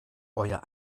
euer